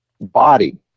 body